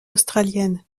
australienne